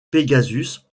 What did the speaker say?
pegasus